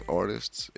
artists